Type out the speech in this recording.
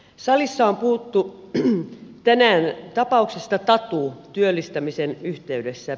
salissa on puhuttu tänään tapauksesta tatu työllistämisen yhteydessä